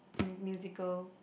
mu~ musical